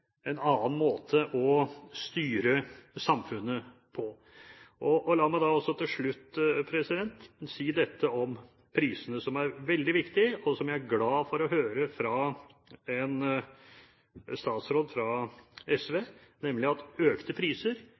en annen måte å styre samfunnet på. La meg da til slutt si dette om prisene, som er veldig viktig – og som jeg er glad for å høre fra en statsråd fra SV – nemlig at økte priser